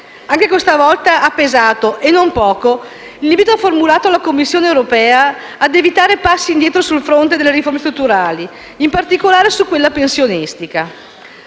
Anche questa volta ha pesato, e non poco, l'invito formulato dalla Commissione europea ad evitare passi indietro sul fronte delle riforme strutturali, in particolare su quella pensionistica.